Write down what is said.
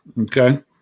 okay